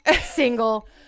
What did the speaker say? single